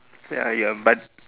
ya ya but